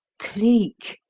cleek!